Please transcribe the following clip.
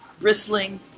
bristling